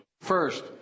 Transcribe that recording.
First